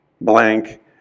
blank